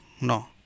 No